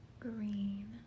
Green